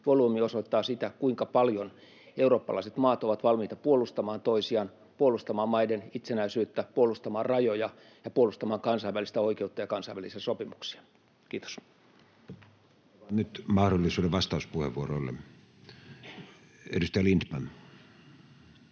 volyymi osoittaa sitä, kuinka paljon eurooppalaiset maat ovat valmiita puolustamaan toisiaan, puolustamaan maiden itsenäisyyttä, puolustamaan rajoja ja puolustamaan kansainvälistä oikeutta ja kansainvälisiä sopimuksia. — Kiitos. [Speech 21] Speaker: Matti Vanhanen